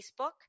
Facebook